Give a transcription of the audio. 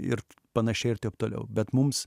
ir panašiai ir taip toliau bet mums